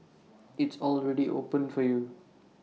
it's already open for you